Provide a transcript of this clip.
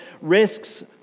risks